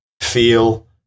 feel